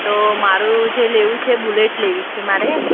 તો મારું જે લેવું છે બુલેટ લેવી છે મારે